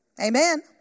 Amen